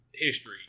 history